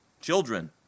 children